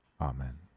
Amen